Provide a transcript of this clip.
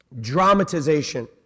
dramatization